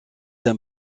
d’un